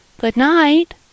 Good-night